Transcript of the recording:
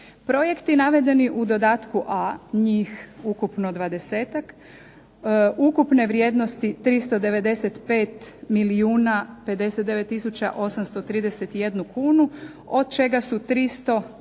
Projekti navedeni u dodatku A njih ukupno dvadesetak ukupne vrijednosti 395 milijuna 59 tisuća 831 kunu od čega su 307